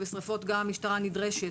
ובשריפות גם המשטרה נדרשת.